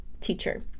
teacher